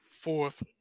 fourth